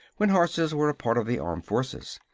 when horses were a part of the armed forces.